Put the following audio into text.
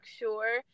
sure